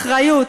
אחריות,